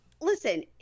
listen